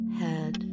head